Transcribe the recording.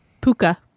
Puka